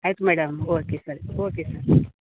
ಆಯ್ತು madam okay ಸರಿ okay ಸರಿ